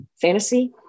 fantasy